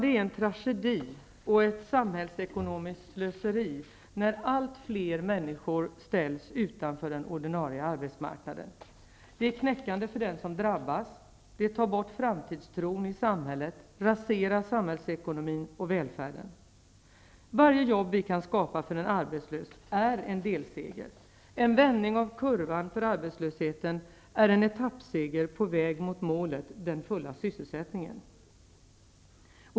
Det är en tragedi och ett samhällsekonomiskt slöseri när allt fler människor ställs utanför den ordinarie arbetsmarknaden. Det är knäckande för den som drabbas, det tar bort framtidstron i samhället och det raserar samhällsekonomin och välfärden. Varje jobb vi kan skapa för en arbetslös är en delseger. En vändning av kurvan för arbetslösheten är en etappseger på väg mot målet: den fulla sysselsättningen.